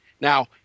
Now